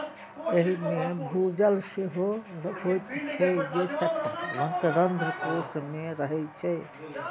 एहि मे भूजल सेहो होइत छै, जे चट्टानक रंध्रकोश मे रहै छै